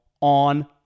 on